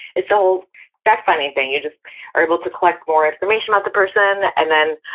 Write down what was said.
it's the whole fact finding thing. you just are able to collect more information about the person and then